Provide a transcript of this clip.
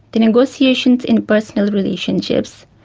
the negotiations in personal relationships,